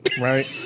right